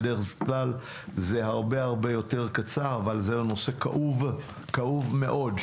כי זה נושא כאוב מאוד,